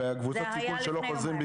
קבוצת סיכון שלא חוזרים,